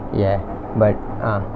ya but ah